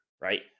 right